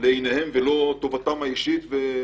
עיניהם ולא טובתם האישית או